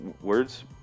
words